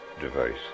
device